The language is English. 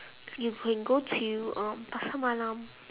you can go to um pasar malam